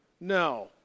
No